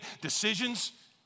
decisions